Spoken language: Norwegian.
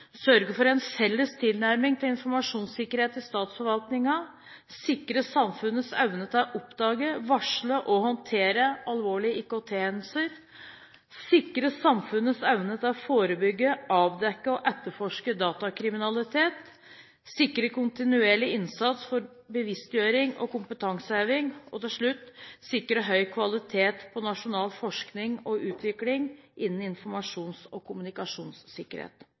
sørge for en felles tilnærming til informasjonssikkerhet i statsforvaltningen å sikre samfunnets evne til å oppdage, varsle og håndtere alvorlige IKT-hendelser å sikre samfunnets evne til å forebygge, avdekke og etterforske datakriminalitet å sikre kontinuerlig innsats for bevisstgjøring og kompetanseheving å sikre høy kvalitet på nasjonal forskning og utvikling innenfor informasjons- og kommunikasjonssikkerhet.